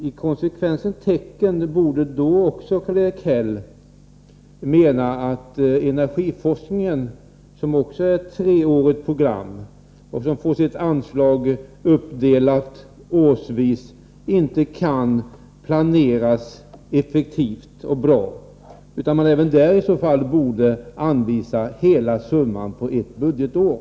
I konsekvensens tecken borde då Karl-Erik Häll mena att energiforskningen, som också är ett treårigt program och som får sitt anslag uppdelat årsvis, inte kan planeras effektivt och bra utan att man även där borde anvisa hela summan på ett budgetår.